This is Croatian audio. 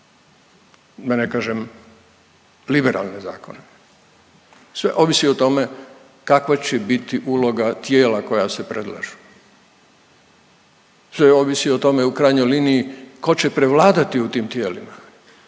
Da ne kažem liberalne zakone, sve ovisi o tome kakva će biti uloga tijela koja se predlažu. Sve ovisi o tome u krajnjoj liniji tko će prevladati u tim tijelima.